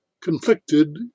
conflicted